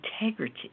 integrity